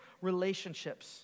relationships